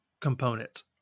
components